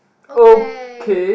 okay